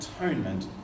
atonement